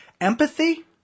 empathy